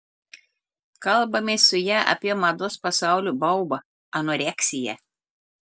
kalbamės su ja apie mados pasaulio baubą anoreksiją